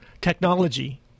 technology